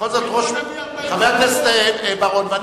מאיפה נביא 40 חתימות?